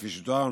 וכפי שתואר,